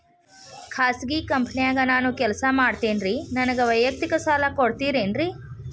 ಖಾಸಗಿ ಕಂಪನ್ಯಾಗ ನಾನು ಕೆಲಸ ಮಾಡ್ತೇನ್ರಿ, ನನಗ ವೈಯಕ್ತಿಕ ಸಾಲ ಕೊಡ್ತೇರೇನ್ರಿ?